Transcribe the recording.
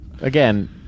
again